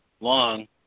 long